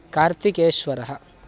कार्तिकेश्वरः